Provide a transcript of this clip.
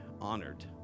honored